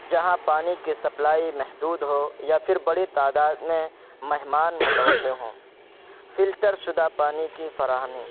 جہاں پانی کی سپلائی محدود ہو یا پھر بڑی تعداد میں مہمان متوقع ہوں فلٹر شدہ پانی کی فراہمی